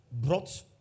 brought